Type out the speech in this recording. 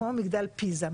כמו מגדל פיזה,